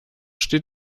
steht